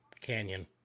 Canyon